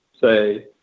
say